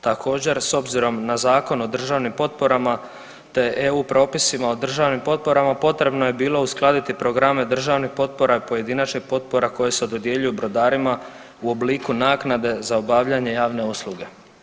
Također s obzirom na Zakon o državnim potporama, te eu propisima o državnim potporama potrebno je bilo uskladiti programe državnih potpora i pojedinačnih potpora koje se dodjeljuju brodarima u obliku naknade za obavljanje javne usluge.